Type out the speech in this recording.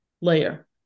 layer